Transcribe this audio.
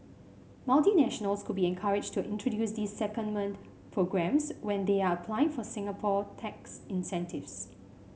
multinationals could be encouraged to introduce these secondment programmes when they are applying for Singapore tax incentives